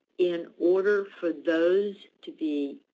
in order for those to be